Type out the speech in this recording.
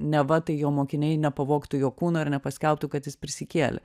neva tai jo mokiniai nepavogtų jo kūno ir nepaskelbtų kad jis prisikėlė